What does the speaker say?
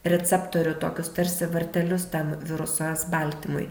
receptorių tokius tarsi vartelius tam viruso s baltymui